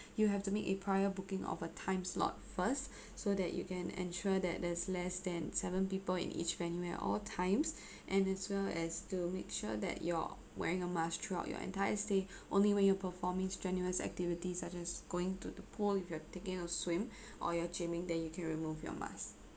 you have to make a prior booking of a time slot first so that you can ensure that there's less than seven people in each venue at all times and as well as to make sure that you're wearing a mask throughout your entire stay only when you're performing strenuous activity such as going to the pool if you are taking a swim or you're gyming then you can remove your mask